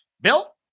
Bill